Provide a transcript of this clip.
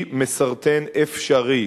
היא מסרטן אפשרי.